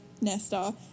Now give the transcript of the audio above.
Nesta